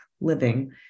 Living